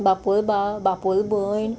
बापोल भाव बापोल भयण